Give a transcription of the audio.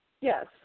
Yes